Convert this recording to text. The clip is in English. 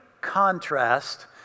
contrast